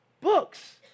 books